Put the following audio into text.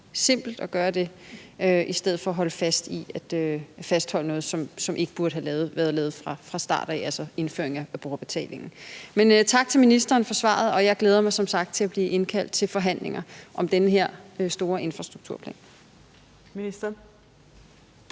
simpelt at gøre det, i stedet for at fastholde noget, som ikke burde have været lavet fra starten af, altså indførelsen af brugerbetalingen. Men tak til ministeren for svaret, og jeg glæder mig som sagt til at blive indkaldt til forhandlinger om den her store infrastrukturplan. Kl.